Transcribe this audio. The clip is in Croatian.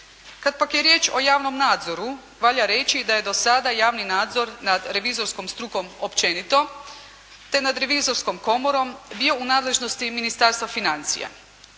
Kad pak je riječ o javnom nadzoru, valja reći da je do sada javni nadzor nad revizorskom strukom općenito te nad Revizorskom komorom bio u nadležnosti Ministarstva financije.